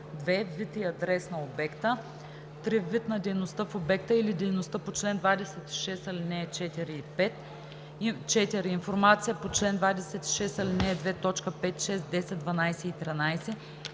2. вид и адрес на обекта; 3. вид на дейността в обекта или дейността по чл. 26, ал. 4 и 5; 4. информацията по чл. 26, ал. 2, т. 5, 6, 10, 12 и 13;